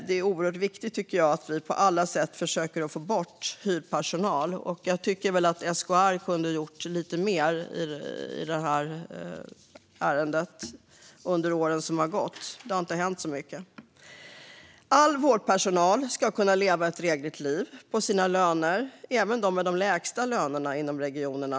Det är oerhört viktigt att vi på alla sätt försöker få bort hyrpersonal, och jag tycker att SKR kunde ha gjort mer i ärendet under åren som har gått. Det har inte hänt så mycket. All vårdpersonal ska kunna leva ett drägligt liv på sina löner; även de med de lägsta lönerna i regionerna.